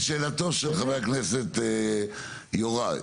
לשאלתו של חבר הכנסת יוראי,